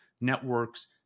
networks